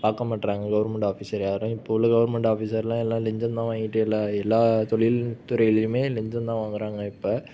பார்க்கவும் மாட்டுறாங்க government officer யாரும் இப்போது உள்ள கவர்மெண்ட் ஆஃபீஸர்லாம் எல்லாம் லஞ்சந்தான் வாங்கிட்டு எல்லா எல்லா தொழில் துறையிலேயுமே லஞ்சந்தான் வாங்குகிறாங்க இப்போ